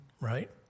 right